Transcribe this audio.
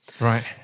right